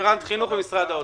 רפרנט חינוך במשרד האוצר.